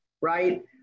right